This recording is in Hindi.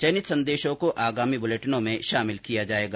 चयनित संदेशों को आगामी बुलेटिनों में शामिल किया जाएगा